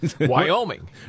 Wyoming